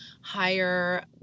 higher